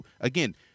again